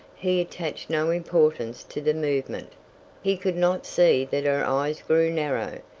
he attached no importance to the movement he could not see that her eyes grew narrow,